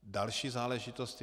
Další záležitost.